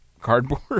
cardboard